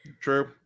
True